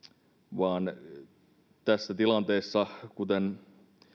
vaan tässä tilanteessa kuten